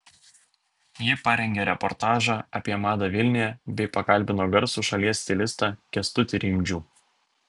ji parengė reportažą apie madą vilniuje bei pakalbino garsų šalies stilistą kęstutį rimdžių